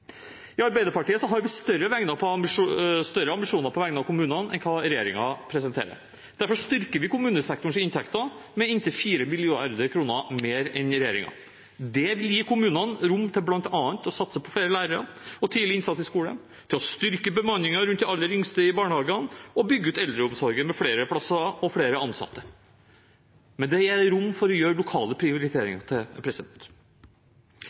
I Arbeiderpartiet har vi større ambisjoner på vegne av kommunene enn hva regjeringen presenterer. Derfor styrker vi kommunesektorens inntekter med inntil 4 mrd. kr mer enn regjeringen. Det vil gi kommunene rom til bl.a. å satse på flere lærere og tidlig innsats i skolen, til å styrke bemanningen rundt de aller yngste i barnehagene og bygge ut eldreomsorgen med flere plasser og flere ansatte. Men det gjelder å gi rom for å gjøre lokale